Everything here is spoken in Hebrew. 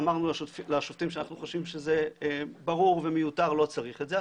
אמרנו לשופטים שאנחנו חושבים שזה ברור ומיותר ולא צריך את זה,